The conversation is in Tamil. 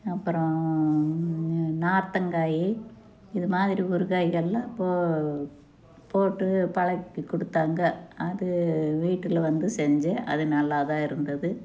அப்புறோம் நார்த்தங்காய் இது மாதிரி ஊறுகாய்கள்லாம் போ போட்டு பழகி கொடுத்தாங்க அது வீட்டில் வந்து செஞ்சு அது நல்லா தான் இருந்தது